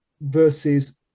versus